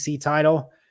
title